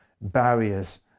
barriers